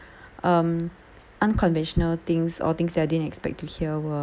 um unconventional things or things that I didn't expect to hear were